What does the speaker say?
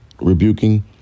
rebuking